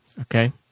okay